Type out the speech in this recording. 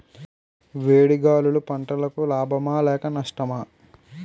వేడి గాలులు పంటలకు లాభమా లేక నష్టమా?